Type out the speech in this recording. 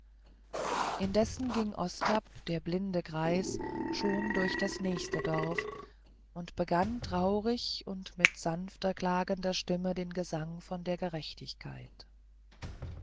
indessen ging ostap der blinde greis schon durch das nächste dorf und begann traurig und mit sanfter klagender stimme den gesang von der gerechtigkeit